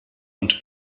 und